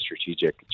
strategic